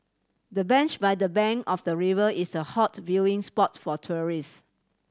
the bench by the bank of the river is a hot viewing spot for tourists